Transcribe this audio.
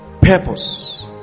purpose